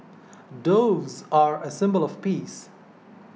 doves are a symbol of peace